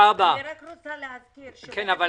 רוצה להזכיר במשפט אחד